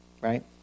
right